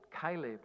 Caleb